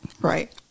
right